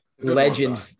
legend